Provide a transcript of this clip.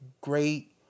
great